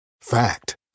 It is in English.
Fact